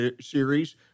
series